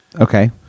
Okay